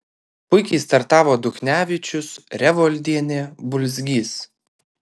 puikiai startavo duchnevičius revoldienė bulzgys